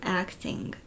acting